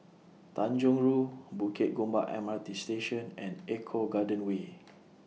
Tanjong Rhu Bukit Gombak M R T Station and Eco Garden Way